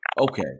okay